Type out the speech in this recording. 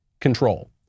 control